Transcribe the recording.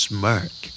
Smirk